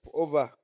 over